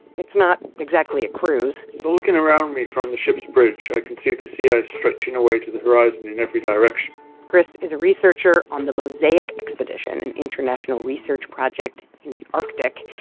it's not exactly a cruise so looking around me from the ship's bridge, i can see the sea ice stretching away to the horizon in every direction chris is a researcher on the mosaic expedition, an international research project in the arctic.